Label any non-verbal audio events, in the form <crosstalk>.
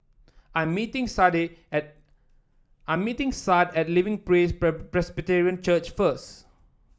I'm meeting <unintelligible> at I'm meeting Sade at Living Praise <unintelligible> Presbyterian Church first